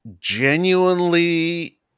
Genuinely